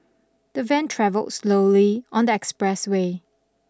the van travelled slowly on the expressway